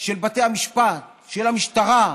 של בתי המשפט, של המשטרה,